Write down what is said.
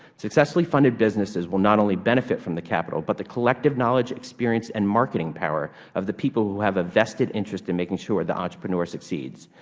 successfully funded businesses will not only benefit from the capital but the collective knowledge, experience and marketing power of the people who have a vested interest in making sure the entrepreneur succeeds.